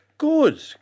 Good